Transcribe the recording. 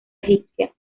egipcia